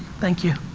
thank you.